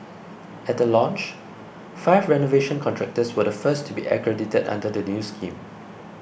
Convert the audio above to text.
at the launch five renovation contractors were the first to be accredited under the new scheme